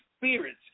spirits